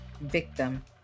victim